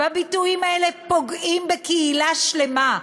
והביטויים האלה פוגעים בקהילה שלמה,